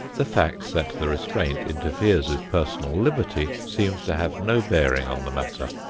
the fact that the restraint interferes with personal liberty seems to have no bearing on the matter.